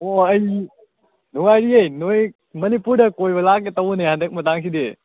ꯑꯣ ꯑꯩ ꯅꯨꯡꯉꯥꯏꯔꯤꯌꯦ ꯅꯣꯏ ꯃꯅꯤꯄꯨꯔꯗ ꯀꯣꯏꯕ ꯂꯥꯛꯀꯦ ꯇꯧꯕꯅꯦ ꯍꯟꯗꯛ ꯃꯇꯥꯡꯁꯤꯗꯤ